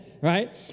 right